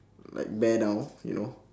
like bear down you know